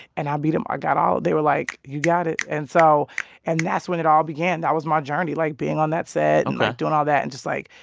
and i beat them. i got all they were like, you got it. and so and that's when it all began. that was my journey like, being on that set. ok. and, like, doing all that and just like,